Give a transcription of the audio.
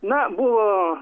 na buvo